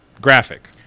graphic